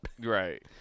Right